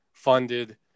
funded